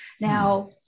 Now